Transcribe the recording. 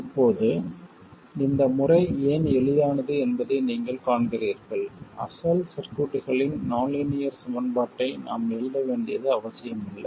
இப்போது இந்த முறை ஏன் எளிதானது என்பதை நீங்கள் காண்கிறீர்கள் அசல் சர்க்யூட்களின் நான் லீனியர் சமன்பாட்டை நாம் எழுத வேண்டிய அவசியமில்லை